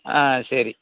ആ ശരി